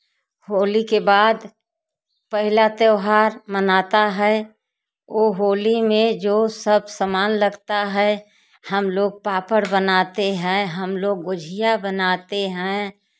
होली के बाद पहला त्यौहार मनाता है वह होली में जो सब सामान लगता है हम लोग पापड़ बनाते हैं हम लोग गुजिया बनाते हैं